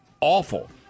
Awful